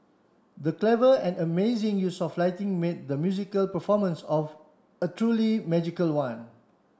the clever and amazing use of lighting made the musical performance a truly magical one